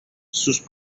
sus